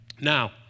now